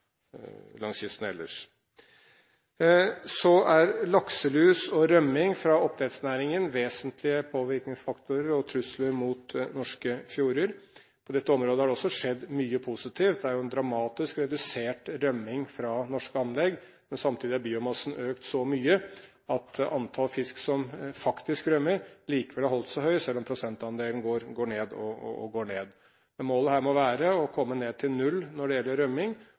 trusler mot norske fjorder. På dette området har det også skjedd mye positivt. Det er jo en dramatisk redusert rømming fra norske anlegg, men samtidig har biomassen økt så mye at antall fisk som faktisk rømmer, likevel har holdt seg høyt, selv om prosentandelen stadig går ned. Men målet her må være å komme ned i null når det gjelder rømming,